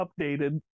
updated